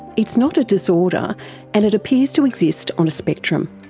it's not a disorder and it appears to exist on a spectrum.